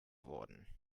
worden